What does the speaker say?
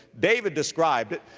david described it,